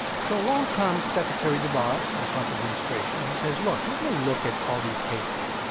so along comes secretary devos, the trump administration, who says, look, we're going to look at all these cases.